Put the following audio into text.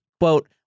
Quote